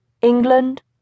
England